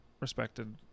Respected